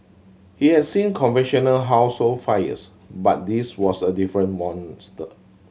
he has seen conventional household fires but this was a different monster